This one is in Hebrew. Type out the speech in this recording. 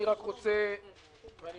מארז אורעד ושאלות,